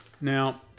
Now